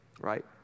right